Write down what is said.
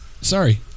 Sorry